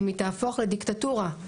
אם היא תהפוך לדיקטטורה.